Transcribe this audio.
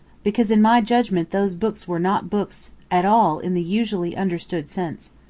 because in my judgment those books were not books at all in the usually understood sense.